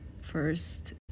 first